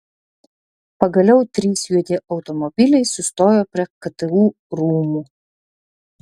pagaliau trys juodi automobiliai sustojo prie ktu rūmų